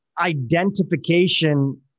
identification